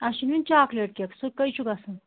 اَسہِ چھُ نیُن چاکلیٹ کیک سُہ کٔہۍ چھُ گژھان